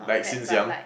like since young